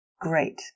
great